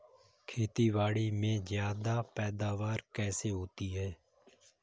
खेतीबाड़ी में ज्यादा पैदावार कैसे होती है?